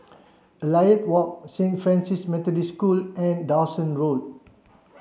Elliot Walk Saint Francis Methodist School and Dawson Road